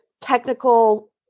technical